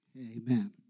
Amen